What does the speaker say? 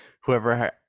Whoever